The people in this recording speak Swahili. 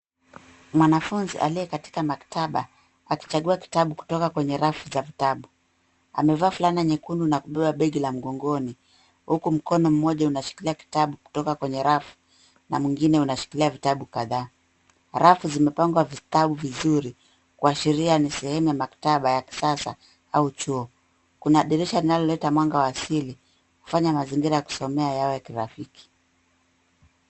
Mwanafunzi aliye katika maktaba akichagua kitabu kutoka kwenye rafu za vitabu. Amevaa fulana nyekundu na kubeba begi la mgongoni huku mkono mmoja unashikilia kitabu kutoka kwenye rafu na mwingine anashikilia vitabu kadhaa. Rafu zimepangwa vitabu vizuri kuashiria ni sehemu ya maktaba ya kisasa au chuo. Kuna dirisha linaloleta mwanga wa asili kufanya mazingira ya kusomea yawe ya kirafiki.